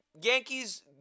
Yankees